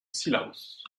cilaos